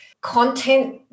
content